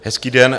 Hezký den.